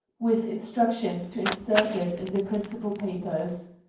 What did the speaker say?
with instructions to insert it in the principal papers.